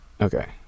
Okay